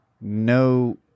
no